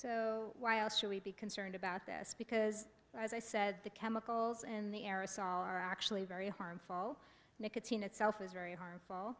so while should we be concerned about this because as i said the chemicals in the aerosol are actually very harmful nicotine itself is very harmful